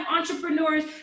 entrepreneurs